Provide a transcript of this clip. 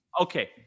okay